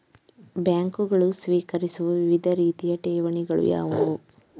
ಬ್ಯಾಂಕುಗಳು ಸ್ವೀಕರಿಸುವ ವಿವಿಧ ರೀತಿಯ ಠೇವಣಿಗಳು ಯಾವುವು?